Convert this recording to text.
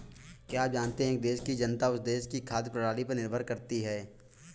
क्या आप जानते है एक देश की जनता उस देश की खाद्य प्रणाली पर निर्भर करती है?